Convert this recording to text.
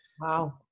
Wow